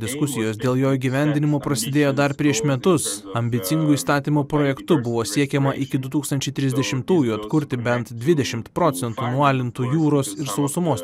diskusijos dėl jo įgyvendinimo prasidėjo dar prieš metus ambicingu įstatymo projektu buvo siekiama iki du tūkstančiai trisdešimtųjų atkurti bent dvidešimt procentų nualintų jūros ir sausumos